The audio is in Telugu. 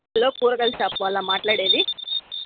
హలో కూరగాయల షాప్ వాళ్ళా మాట్లాడేది